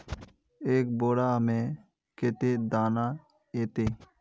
एक बोड़ा में कते दाना ऐते?